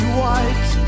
white